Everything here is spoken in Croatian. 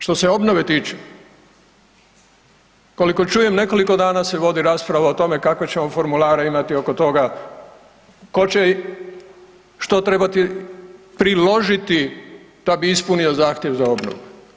Što se obnove tiče, koliko čujem nekoliko dana se vodi rasprava o tome kakve ćemo formulare imati oko toga, ko će što trebati priložiti da bi ispunio zahtjev za obnovu.